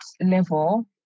level